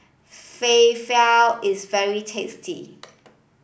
Falafel is very tasty